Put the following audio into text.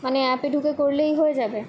মানে অ্যাপে ঢুকে করলেই হয়ে যাবে